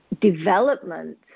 development